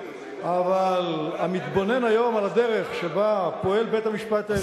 אבל המתבונן היום על הדרך שבה פועל בית-המשפט העליון יחוש,